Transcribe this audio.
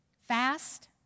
fast